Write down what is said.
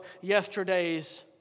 yesterday's